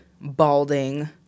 balding